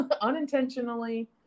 unintentionally